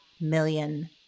million